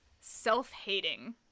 self-hating